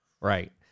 right